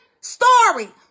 story